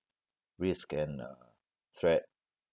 risks and uh threat